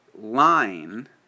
line